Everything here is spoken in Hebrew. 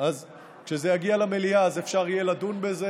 אז אפשר יהיה לדון בזה.